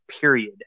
period